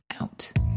out